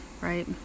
right